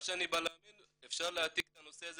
מה שאני בא --- אפשר להעתיק את הנושא הזה